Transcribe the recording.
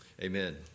amen